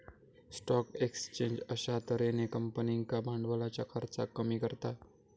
stock exchange अश्या तर्हेन कंपनींका भांडवलाच्या खर्चाक कमी करता